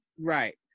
right